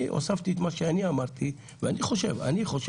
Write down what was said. אני לא יודע